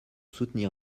soutenir